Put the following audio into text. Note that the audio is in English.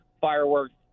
Fireworks